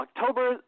October